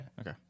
Okay